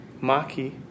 Maki